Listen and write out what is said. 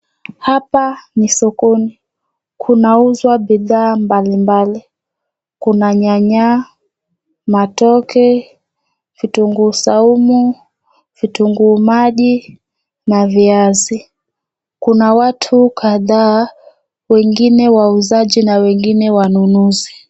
Hapa ni sokoni. Kunauzwa bidhaa mbalimbali. Kuna nyanya, matoke, vitunguu saumu, vitunguu maji na viazi. Kuna watu kadhaa, wengine wauzaji na wengine wanunuzi.